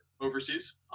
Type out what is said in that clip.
overseas